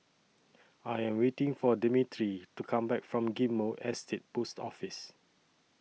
I Am waiting For Demetri to Come Back from Ghim Moh Estate Post Office